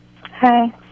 Hi